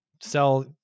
sell